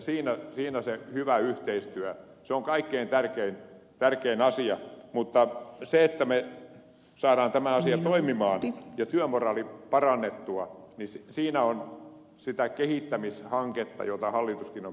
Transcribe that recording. siinä se hyvä yhteistyö on kaikkein tärkein asia mutta siinä että me saamme tämän asian toimimaan ja työmoraalin parannettua on sitä kehittämishanketta jota hallituskin on peräänkuuluttanut